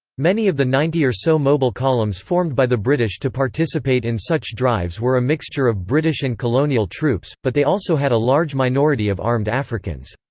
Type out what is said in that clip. many of the ninety or so mobile columns formed by the british to participate in such drives were a mixture of british and colonial troops, but they also had a large minority of armed africans.